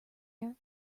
air